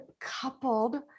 coupled